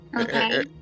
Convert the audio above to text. Okay